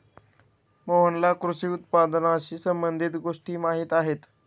मोहनला कृषी उत्पादनाशी संबंधित गोष्टी माहीत आहेत